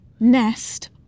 nest